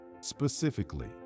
Specifically